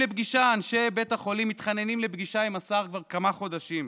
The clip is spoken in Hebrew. אנשי בית החולים מתחננים לפגישה עם השר כבר כמה חודשים.